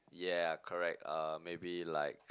ya correct uh maybe like